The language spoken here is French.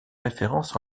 référence